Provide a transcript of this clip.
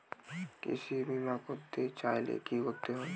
কৃষি বিমা করতে চাইলে কি করতে হবে?